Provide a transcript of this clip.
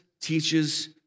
teaches